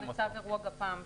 -- לצו אירוע גפ"מ,